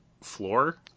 floor